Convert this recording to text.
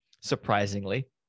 surprisingly